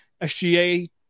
SGA